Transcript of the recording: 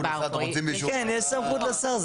כן, יש סמכות לשר.